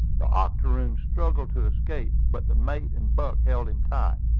the octoroon struggled to escape, but the mate and buck held him tight.